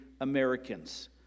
Americans